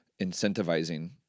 incentivizing